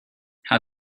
how